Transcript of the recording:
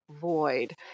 void